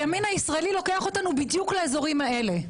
הימין הישראלי לוקח אותנו בדיוק לאזורים האלה,